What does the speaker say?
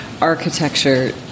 architecture